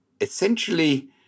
essentially